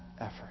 effort